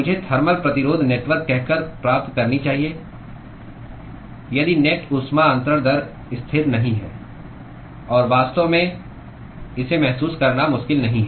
मुझे थर्मल प्रतिरोध नेटवर्क कहकर प्राप्त करनी चाहिए यदि नेट ऊष्मा अन्तरण दर स्थिर नहीं है और वास्तव में इसे महसूस करना मुश्किल नहीं है